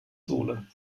sohle